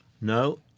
No